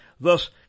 thus